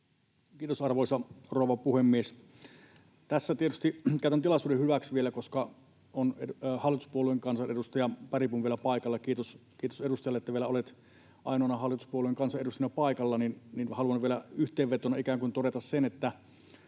Kiitos, arvoisa rouva puhemies! Tässä tietysti käytän tilaisuuden hyväksi vielä, koska on hallituspuolueen kansanedustaja Bergbom vielä paikalla. Kiitos edustajalle, että vielä olet ainoana hallituspuolueen kansanedustajana paikalla. Haluan vielä ikään kuin yhteenvetona todeta sen, että